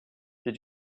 did